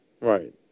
Right